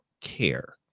care